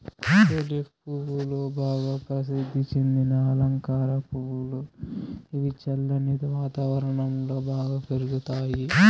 tulip పువ్వులు బాగా ప్రసిద్ది చెందిన అలంకార పువ్వులు, ఇవి చల్లని వాతావరణం లో బాగా పెరుగుతాయి